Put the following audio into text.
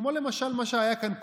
כמו למשל מה שהיה כאן קודם,